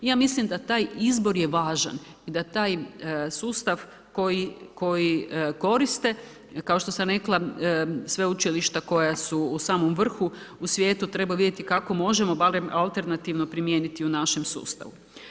Ja mislim da taj izbor je važan i da taj sustav koji koriste, kao što sam rekla, sveučilišta koja su u samom vrhu u svijetu trebaju vidjeti kako možemo barem alternativno primijeniti u našem sustavu.